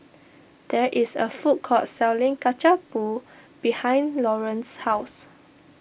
there is a food court selling Kacang Pool behind Laurance's house